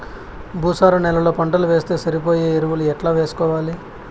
భూసార నేలలో పంటలు వేస్తే సరిపోయే ఎరువులు ఎట్లా వేసుకోవాలి?